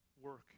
work